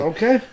Okay